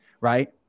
Right